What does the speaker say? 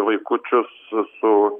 vaikučius su